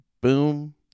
Boom